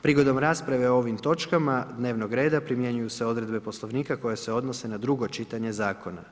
Prigodom rasprave o ovim točkama dnevnog reda primjenjuju se odredbe Poslovnika koje se odnose na drugo čitanje Zakona.